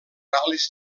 ral·lis